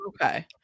okay